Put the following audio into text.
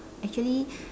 actually